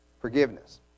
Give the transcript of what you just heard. forgiveness